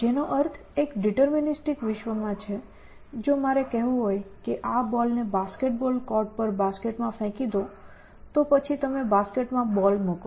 જેનો અર્થ એક ડિટર્મિનીસ્ટિક વિશ્વમાં છે જો મારે કહેવું હોય કે આ બોલને બાસ્કેટ બોલ કોર્ટ પર બાસ્કેટમાં ફેંકી દો તો પછી તમે બાસ્કેટમાં બોલ મૂકો